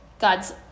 God's